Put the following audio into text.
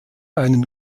einen